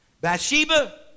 Bathsheba